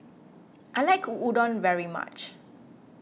I like Udon very much